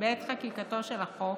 בעת חקיקתו של החוק,